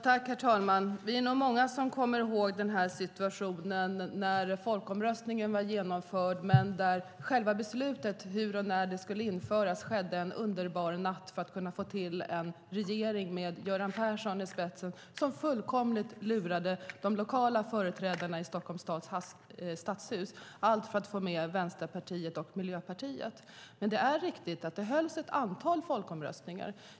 Herr talman! Vi är nog många som kommer ihåg situationen där folkomröstningen var genomförd men där själva beslutet om hur och när trängselskatten skulle införas kom en underbar natt. Det var en regering med Göran Persson i spetsen som fullkomligt lurade de lokala företrädarna i Stockholms stadshus för att få med sig Vänsterpartiet och Miljöpartiet. Det är riktigt att det hölls ett antal folkomröstningar.